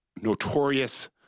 notorious